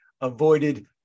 avoided